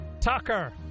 Tucker